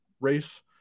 race